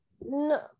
No